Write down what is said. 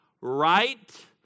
right